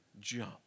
jump